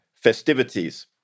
festivities